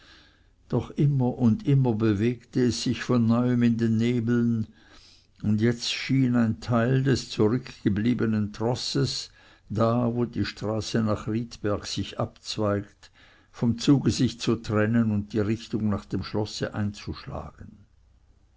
doch immer und immer bewegte es sich von neuem in den nebeln und jetzt schien ein teil des zurückgebliebenen trosses da wo die straße nach riedberg sich abzweigt vom zuge sich zu trennen und die richtung nach dem schlosse einzuschlagen